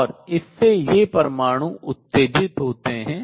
और इससे ये परमाणु उत्तेजित होते हैं